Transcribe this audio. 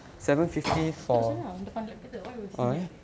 duduk sana ah depan laboratory kita why we sitting here